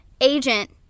agent